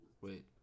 Wait